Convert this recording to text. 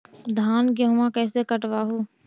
धाना, गेहुमा कैसे कटबा हू?